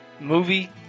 movie